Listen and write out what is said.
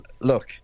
look